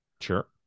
Sure